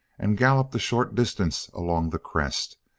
and galloped a short distance along the crest,